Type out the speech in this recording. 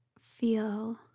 feel